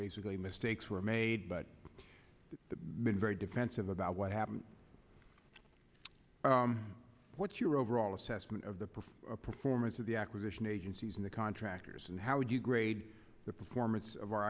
basically mistakes were made but the men very defensive about what happened what's your overall assessment of the perfect performance of the acquisition agencies in the contractors and how would you grade the performance of our